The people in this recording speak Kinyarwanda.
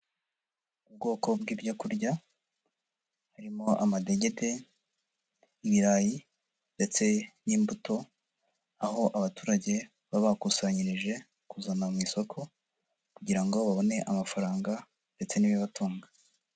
Ubwoko bw'ibyo kurya harimo amadegede, ibirayi ndetse n'imbuto, aho abaturage baba bakusanyirije kuzana mu isoko, kugira ngo babone amafaranga ndetse n'ibibatunga.